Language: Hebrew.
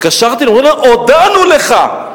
התקשרתי ואמרו לי: הודענו לך.